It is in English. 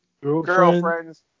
girlfriends